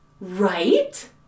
Right